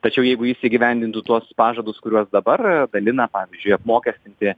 tačiau jeigu jis įgyvendintų tuos pažadus kuriuos dabar dalina pavyzdžiui apmokestinti